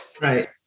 Right